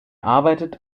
arbeitet